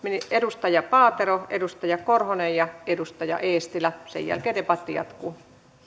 ovat edustaja paatero edustaja korhonen ja edustaja eestilä sen jälkeen debatti jatkuu